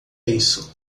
isso